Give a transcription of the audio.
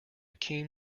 keen